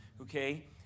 Okay